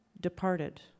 departed